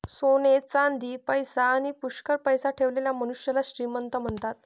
सोने चांदी, पैसा आणी पुष्कळ पैसा ठेवलेल्या मनुष्याला श्रीमंत म्हणतात